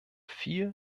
vier